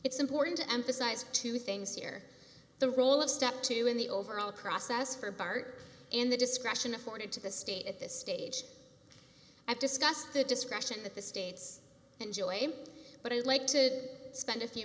it's important to emphasize two things here the role of step two in the overall process for bart and the discretion afforded to the state at this stage i've discussed the discretion that the states and joy but i'd like to spend a few